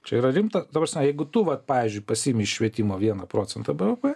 čia yra rimta ta prasme jeigu tu vat pavyzdžiui pasiimi iš švietimo vieną procentą bvp